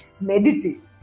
meditate